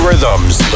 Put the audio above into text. Rhythms